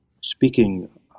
speaking